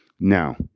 now